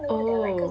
oh